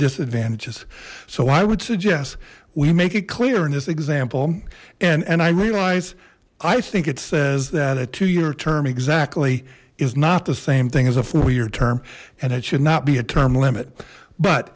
disadvantages so i would suggest we make it clear in this example and and i realize i think it says that a two year term exactly is not the same thing as a four year term and it should not be a term limit but